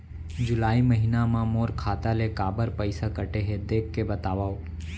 जुलाई महीना मा मोर खाता ले काबर पइसा कटे हे, देख के बतावव?